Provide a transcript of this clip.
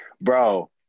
bro